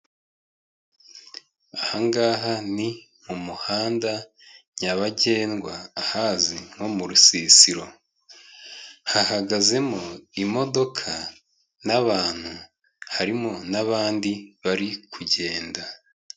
Aha ngaha ni mu muhanda nyabagendwa ahazwi nko mu rusisiro, hahagazemo imodoka n'abantu, harimo n'abandi bari kugenda.